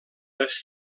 les